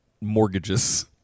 mortgages